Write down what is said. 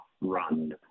run